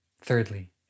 Thirdly